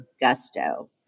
gusto